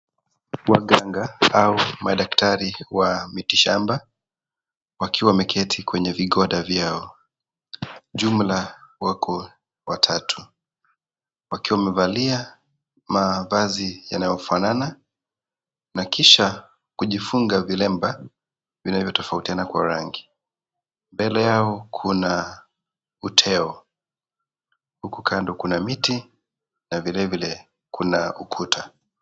Waganga au madaktari wa miti shamba wakiwa wameketi kwenye vigonda vyao, jumla wako watatu wakiwa wamevalia mavazi yanayo fanana na kisha kujifunga viremba vinavyo tofautiana kwa rangi, mbele yao kuna uteo huku kando kuna miti na vilevile kuna ukuta.